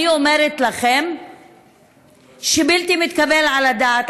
אני אומרת לכם שבלתי מתקבל על הדעת,